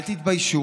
אל תתביישו,